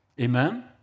Amen